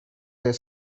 their